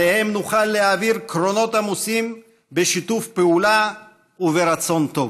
שעליהם נוכל להעביר קרונות עמוסים בשיתוף פעולה וברצון טוב.